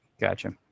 Gotcha